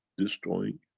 destroying